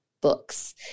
books